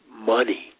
money